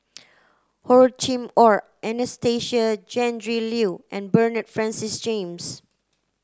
Hor Chim Or Anastasia Tjendri Liew and Bernard Francis James